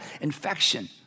infection